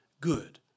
good